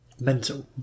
Mental